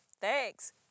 thanks